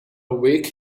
week